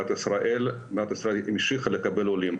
ישראל המשיכה לקבל עולים,